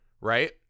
Right